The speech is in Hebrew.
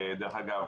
דרך אגב,